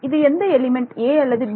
இது எந்த element a அல்லது b